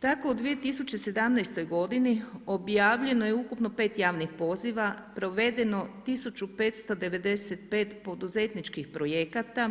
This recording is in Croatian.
Tako u 2017. g. objavljeno je ukupno 5 javnih poziva, provedeno 1595 poduzetničkih projekata,